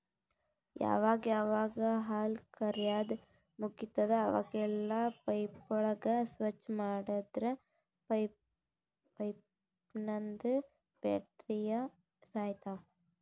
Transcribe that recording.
ಯಾವಾಗ್ ಯಾವಾಗ್ ಹಾಲ್ ಕರ್ಯಾದ್ ಮುಗಿತದ್ ಅವಾಗೆಲ್ಲಾ ಪೈಪ್ಗೋಳ್ ಸ್ವಚ್ಚ್ ಮಾಡದ್ರ್ ಪೈಪ್ನಂದ್ ಬ್ಯಾಕ್ಟೀರಿಯಾ ಸಾಯ್ತವ್